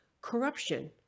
corruption